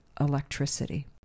electricity